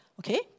Okay